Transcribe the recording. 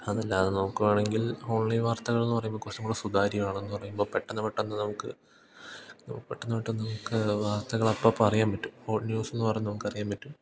അതല്ലാതെ നോക്കുകയാണെങ്കിൽ ഓൺലൈൻ വാർത്തകളെന്നു പറയുമ്പോൾ കുറച്ചും കൂടി സുതാര്യമാണെന്നു പറയുമ്പോൾ പെട്ടെന്ന് പെട്ടെന്ന് നമുക്ക് പെട്ടെന്ന് പെട്ടെന്ന് നമുക്ക് വാർത്തകൾ അപ്പപ്പം അറിയാൻ പറ്റും ഹോട്ട് ന്യൂസെന്നു പറയുമ്പം നമുക്കറിയാൻ പറ്റും